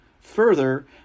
Further